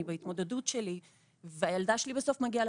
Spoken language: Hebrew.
אני בהתמודדות שלי והילדה שלי בסוף מגיעה